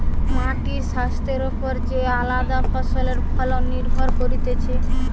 মাটির স্বাস্থ্যের ওপর যে আলদা ফসলের ফলন নির্ভর করতিছে